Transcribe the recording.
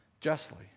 justly